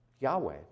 Yahweh